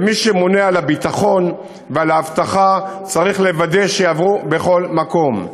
ומי שממונה על הביטחון ועל האבטחה צריך לוודא שיעברו בכל מקום.